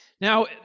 Now